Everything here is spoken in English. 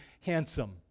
handsome